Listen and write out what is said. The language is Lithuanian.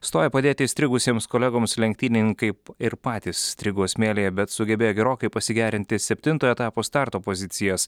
stoja padėti įstrigusiems kolegoms lenktynininkai ir patys strigo smėlyje bet sugebėjo gerokai pasigerinti septintojo etapo starto pozicijas